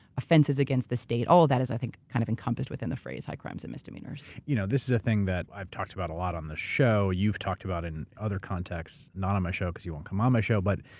offenses against the state. all of that is, i think, kind of encompassed within the phrase high crimes and misdemeanors. you know this is a thing that i've talked about a lot on the show, you've talked about in other contexts, not on my show because you won't come on my show but.